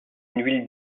huile